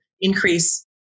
increase